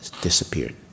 disappeared